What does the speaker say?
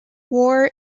war